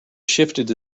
shifted